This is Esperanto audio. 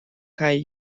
kaj